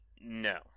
no